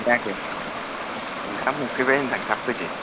खोनायाखै ओंखाम उखैबाय होनदां थाब फैदो